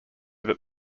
that